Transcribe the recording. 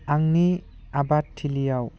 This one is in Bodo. आंनि आबादथिलियाव